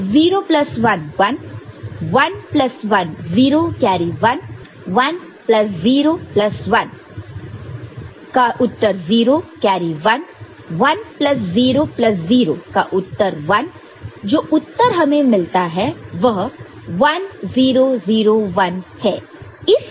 तो 0 plus 1 1 1 plus 1 0 carry 1 1 plus 0 plus 1 0 carry 1 1 plus 0 plus 0 1 जो उत्तर हमें मिलता है वह 1 0 0 1 है